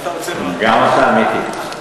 גם אתה, מיקי.